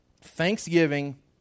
thanksgiving